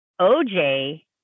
OJ